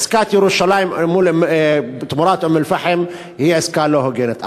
עסקת ירושלים תמורת אום-אלפחם היא עסקה לא הוגנת.